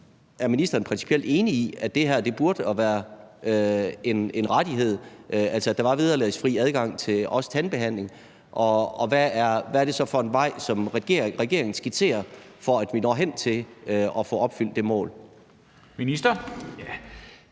Er ministeren principielt enig i, at det her burde være en rettighed, altså at der var vederlagsfri adgang også til tandbehandling, og hvad er det så for en vej, som regeringen skitserer, for at vi når hen til at få opfyldt det mål?